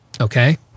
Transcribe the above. okay